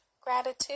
gratitude